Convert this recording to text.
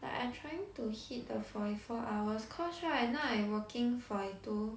like I'm trying to hit the forty four hours cause right now I'm working forty two